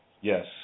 Yes